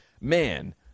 man